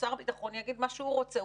שר הביטחון יגיד מה שהוא רוצה,